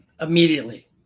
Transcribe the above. immediately